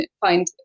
find